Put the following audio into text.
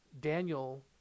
daniel